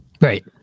Right